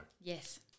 Yes